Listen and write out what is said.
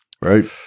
Right